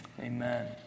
Amen